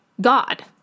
God